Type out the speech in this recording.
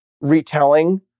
retelling